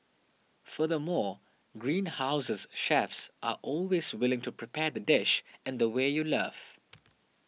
furthermore Greenhouse's chefs are always willing to prepare the dish in the way you love